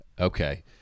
Okay